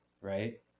right